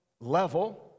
level